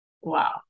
Wow